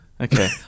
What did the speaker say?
Okay